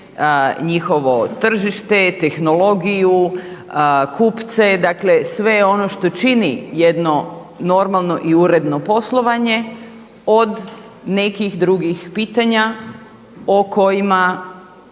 njihovo tržište, tehnologiju, kupce. Dakle, sve ono što čini jedno normalno i uredno poslovanje od nekih drugih pitanja o kojima